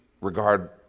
regard